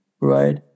Right